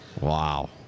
Wow